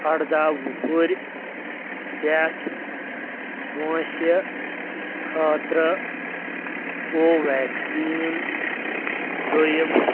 اَرداہ وُہٕرۍ پؠٹھ وٲنٛسہِ خٲطرٕ کو ویکسیٖن دوٚیِم